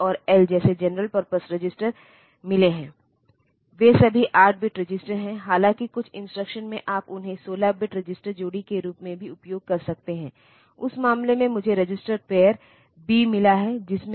और सभी मैनुअल और हर जगह आप पाएंगे कि वे हेक्साडेसिमल मूल्यों के संदर्भ में बात कर रहे हैं न कि बाइनरी वैल्यू के संदर्भ में